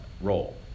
role